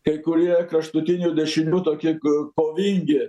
kai kurie kraštutinių dešinių toki kovingi